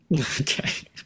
Okay